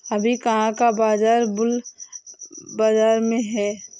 अभी कहाँ का बाजार बुल बाजार में है?